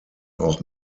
auch